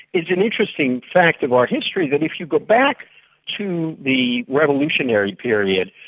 it's an interesting fact of our history that if you go back to the revolutionary period,